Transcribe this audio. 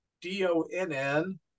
D-O-N-N